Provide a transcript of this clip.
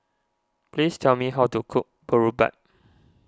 please tell me how to cook Boribap